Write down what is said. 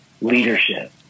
leadership